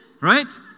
Right